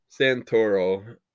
Santoro